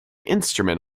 instrument